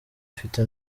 ufite